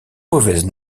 mauvaise